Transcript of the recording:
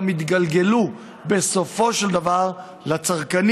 זה גם יתגלגל בסופו של דבר לצרכנים,